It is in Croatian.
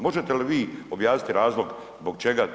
Možete li vi objasniti razlog zbog čega?